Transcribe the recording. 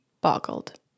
boggled